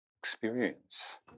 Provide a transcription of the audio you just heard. experience